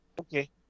Okay